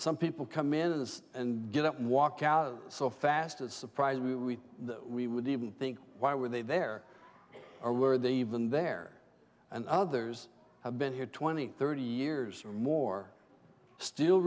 some people come into this and get up walk out so fast as surprise we we that we would even think why were they there or were they even there and others have been here twenty thirty years or more still